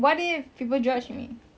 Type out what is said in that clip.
so I think that's my answer